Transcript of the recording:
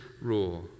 rule